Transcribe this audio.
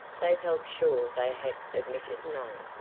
they felt sure they had omitted none.